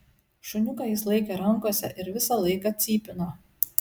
šuniuką jis laikė rankose ir visą laiką cypino